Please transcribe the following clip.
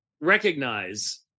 recognize